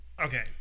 Okay